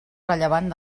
rellevant